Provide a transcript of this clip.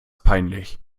peinlich